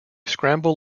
scramble